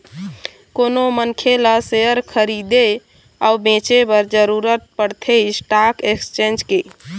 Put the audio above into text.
कोनो मनखे ल सेयर खरीदे अउ बेंचे बर जरुरत पड़थे स्टाक एक्सचेंज के